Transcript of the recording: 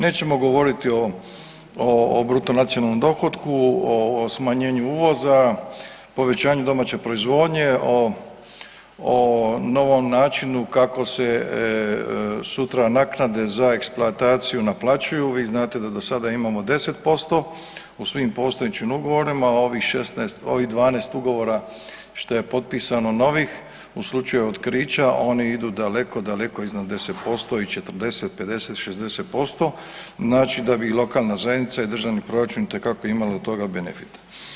Nećemo govoriti o BND-u o smanjenju uvoza, povećanju domaće proizvodnje o novom načinu kako se sutra naknade za eksploataciju naplaćuju, vi znate da do sada imamo 10% u svim postojećim ugovorima, a ovih 12 ugovora što je potpisano novih u slučaju otkrića oni idu daleko, daleko iznad 10% i 40, 50, 60% znači da bi lokalna zajednica i državni proračun itekako imalo od toga benefita.